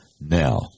Now